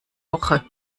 woche